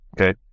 Okay